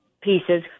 pieces